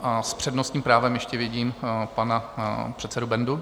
S přednostním právem ještě vidím pana předsedu Bendu.